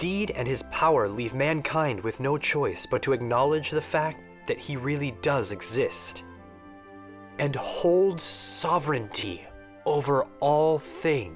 deed and his power leave mankind with no choice but to acknowledge the fact that he really does exist and to hold sovereignty over all